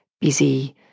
busy